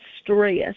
stress